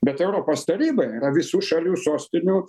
bet europos taryba yra visų šalių sostinių